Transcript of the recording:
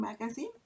magazine